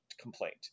complaint